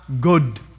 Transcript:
good